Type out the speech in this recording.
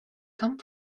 come